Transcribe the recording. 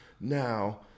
Now